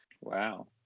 Wow